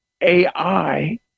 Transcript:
AI